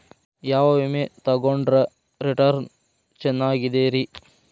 ಯಾವ ವಿಮೆ ತೊಗೊಂಡ್ರ ರಿಟರ್ನ್ ಚೆನ್ನಾಗಿದೆರಿ?